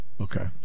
Okay